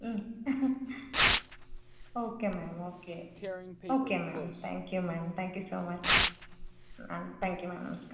ಹ್ಞೂ okay ma'am okay okay ma'am thank you ma'am thank you so much ma'am thank you ma'am ನಮಸ್ಕಾರ